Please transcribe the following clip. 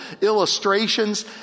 illustrations